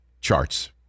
charts